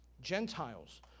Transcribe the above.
Gentiles